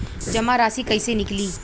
जमा राशि कइसे निकली?